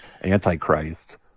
anti-Christ